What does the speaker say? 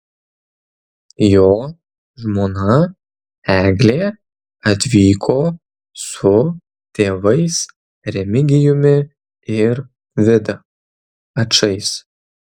jo žmona eglė atvyko su tėvais remigijumi ir vida ačais